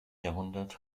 jahrhundert